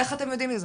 איך אתם יודעים מזה?